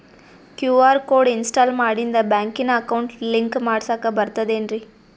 QR code install ಮಾಡಿಂದ ಬ್ಯಾಂಕಿನ account link ಮಾಡಸ್ಲಾಕ ಬರ್ತದೇನ್ರಿ